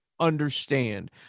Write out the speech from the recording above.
understand